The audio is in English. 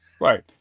Right